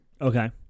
Okay